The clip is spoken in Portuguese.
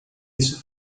isso